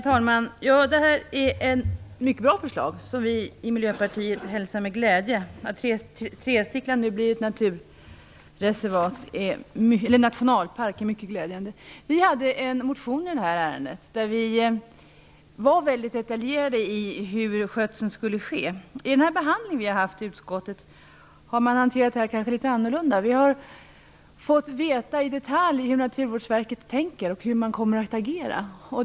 Herr talman! Det här är ett mycket bra förslag som vi i Miljöpartiet hälsar med glädje. Att Trestickla nu blir nationalpark är mycket glädjande. Vi hade en motion i det här ärendet där vi var mycket detaljerade i frågan om hur skötseln skulle ske. Utskottet har i sin behandling kanske hanterat det här litet annorlunda. Vi har fått veta i detalj hur Naturvårdsverket tänker och hur man kommer att agera.